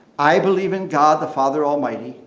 i believe in god, the father almighty,